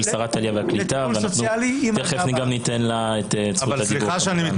שרת העלייה והקליטה ותכף ניתן לה את זכות הדיבור.